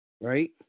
Right